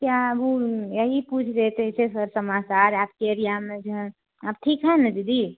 क्या यही पूछ रहे थे कैसा समाचार है आपके एरिया में जो हैं आप ठीक हैं ना दीदी